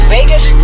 Vegas